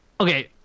Okay